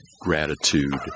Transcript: gratitude